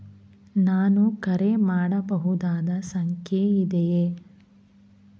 ನಾನು ಕರೆ ಮಾಡಬಹುದಾದ ಸಂಖ್ಯೆ ಇದೆಯೇ?